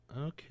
Okay